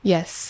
Yes